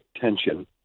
tension